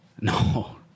no